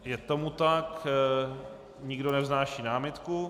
Je tomu tak, nikdo nevznáší námitku.